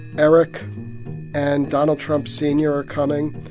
eric and donald trump sr. are coming.